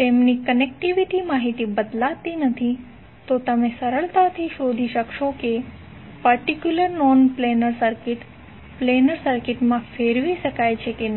તેમની કનેક્ટિવિટી માહિતી બદલાતી નથી તો તમે સરળતાથી શોધી શકશો કે તે particular non planar circuit planar સર્કિટમાં ફેરવી શકાય છે કે નહીં